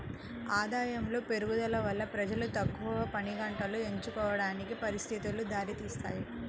ఆదాయములో పెరుగుదల వల్ల ప్రజలు తక్కువ పనిగంటలు ఎంచుకోవడానికి పరిస్థితులు దారితీస్తాయి